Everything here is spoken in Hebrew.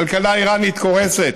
הכלכלה האיראנית קורסת,